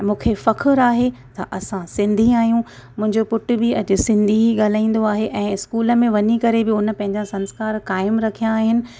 मूंखे फ़खुर आहे त असां सिंधी आहियूं मुंहिंजो पुटु बि अॼु सिंधी ॻाल्हाईंदो आहे ऐं स्कूल में वञी करे बि उन पंहिंजा संस्कारु काइम रखिया आहिनि